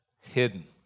hidden